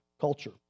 culture